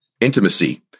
Intimacy